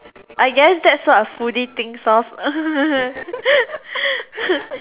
I guess that's what a foodie thinks of